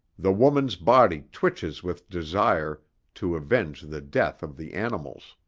the woman's body twitches with desire to avenge the death of the animal's.